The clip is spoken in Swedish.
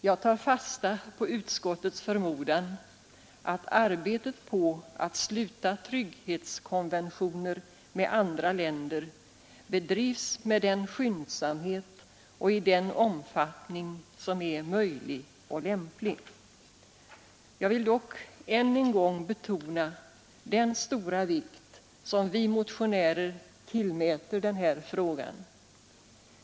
Jag tar fasta på utskottets förmodan att arbetet på att sluta trygghetskonventioner med andra länder bedrivs med den skyndsamhet och i den omfattning som är möjlig och lämplig. Jag vill dock än en gång betona den stora vikt som vi motionärer tillmäter denna fråga.